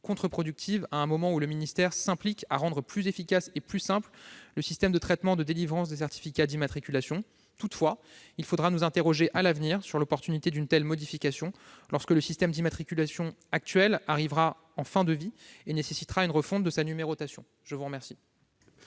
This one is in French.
contre-productive, quand le ministère s'applique à rendre plus efficace et plus simple le système de délivrance des certificats d'immatriculation. Toutefois, il nous faudra nous interroger à l'avenir sur l'opportunité d'une telle modification, lorsque le système d'immatriculation actuel arrivera en fin de vie et que sa numérotation nécessitera